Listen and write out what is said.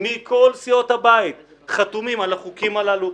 מכל סיעות הבית חתומים על החוקים הללו,